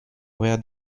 where